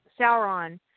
Sauron